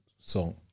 song